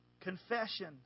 confession